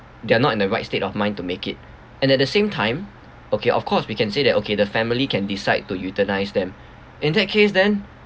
they're not in the right state of mind to make it and at the same time okay of course we can say that okay the family can decide to euthanize them in that case then